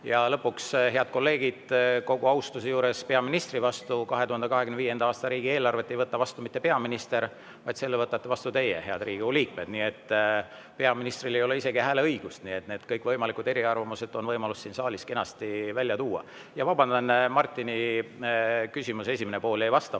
Lõpuks, head kolleegid, kogu austuse juures peaministri vastu, 2025. aasta riigieelarvet ei võta vastu mitte peaminister, vaid selle võtate vastu teie, head Riigikogu liikmed. Peaministril ei ole isegi hääleõigust. Need kõikvõimalikud eriarvamused on võimalik siin saalis kenasti välja tuua. Vabandan, Martini küsimuse esimene pool jäi vastamata.